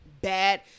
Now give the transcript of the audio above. bad